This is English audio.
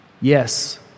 yes